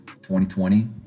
2020